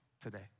today